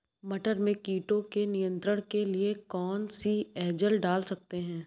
मटर में कीटों के नियंत्रण के लिए कौन सी एजल डाल सकते हैं?